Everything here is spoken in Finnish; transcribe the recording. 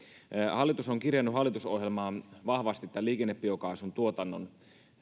hallitus on kirjannut hallitusohjelmaan vahvasti tämän liikennebiokaasun tuotannon